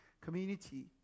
community